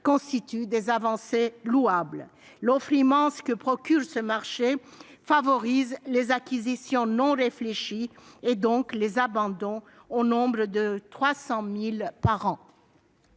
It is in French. constituent des avancées louables. L'offre immense que constitue ce marché favorise les acquisitions non réfléchies et donc les abandons, au nombre de 300 000 par an.